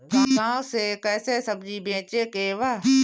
गांव से कैसे सब्जी बेचे के बा?